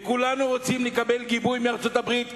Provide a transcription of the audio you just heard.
הרי כולנו רוצים לקבל גיבוי מארצות-הברית,